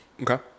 okay